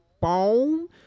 boom